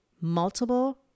multiple